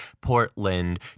Portland